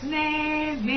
name